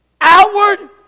Outward